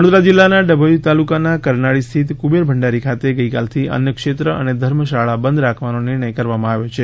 વડોદરા જિલ્લાના ડભોઇ તાલુકાના કરનાળી સ્થિત કુબેર ભંડારી ખાતે ગઇકાલથી અન્નક્ષેત્ર અને ધર્મશાળા બંધ રાખવાને નિર્ણય કરવામાં આવ્યો છે